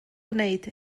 gwneud